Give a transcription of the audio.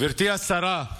גברתי השרה,